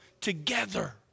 together